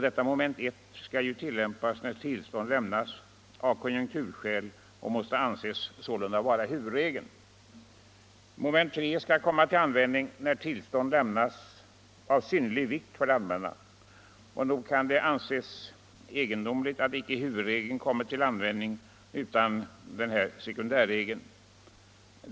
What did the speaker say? Detta mom. 1 skall ju tillämpas när tillstånd lämnas av konjunkturskäl och måste sålunda anses vara huvudregeln. Mom. 3 skall komma till användning när tillstånd lämnas på grund av omständigheter av synnerlig vikt för det allmänna. Nog kan det anses egendomligt att icke huvudregeln nu tillämpas utan i stället sekundärregeln.